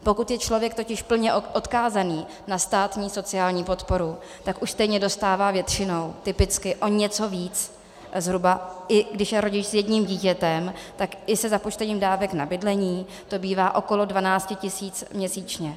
Pokud je člověk totiž plně odkázaný na státní sociální podporu, tak už stejně dostává většinou typicky o něco víc, zhruba i když je rodič s jedním dítětem, tak i se započtením dávek na bydlení to bývá okolo 12 000 měsíčně.